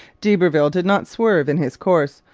d'iberville did not swerve in his course,